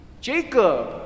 Jacob